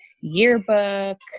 yearbook